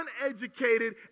uneducated